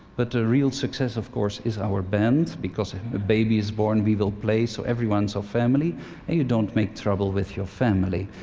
but the real success of course, is our band because if a baby is born, we will play, so everyone's our family and you don't make trouble with your family.